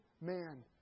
man